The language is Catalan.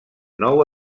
nou